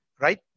right